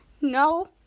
No